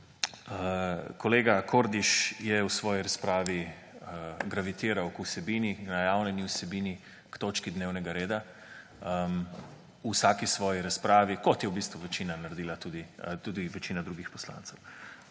kolega Kordiš je v svoji razpravi gravitiral k najavljeni vsebini, k točki dnevnega reda. V vsaki svoji razpravi, kot je v bistvu naredila tudi večina drugih poslancev.